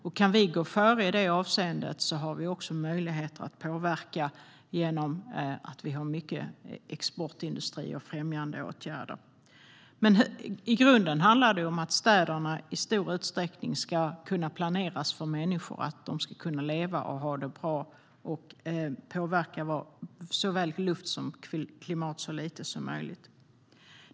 Om vi kan gå före i detta avseende har vi också möjlighet att påverka genom att vi har mycket exportindustri och främjandeåtgärder. Men i grunden handlar det om att städerna i stor utsträckning ska kunna planeras för människor och att människor ska kunna leva och ha det bra och påverkas av luft och klimat så lite som möjligt.